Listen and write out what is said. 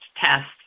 tests